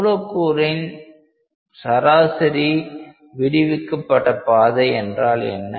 மூலக்கூறின் சராசரி விடுவிக்கப்பட்ட பாதை என்றால் என்ன